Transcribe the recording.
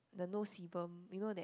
the nose sebum you know that